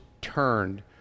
turned